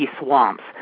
swamps